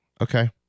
Okay